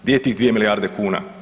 Gdje je tih 2 milijarde kuna?